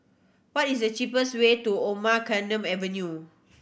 what is the cheapest way to Omar Khayyam Avenue